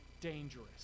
dangerous